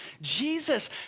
jesus